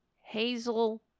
Hazel